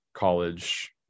college